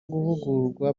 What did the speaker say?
guhugurwa